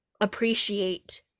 appreciate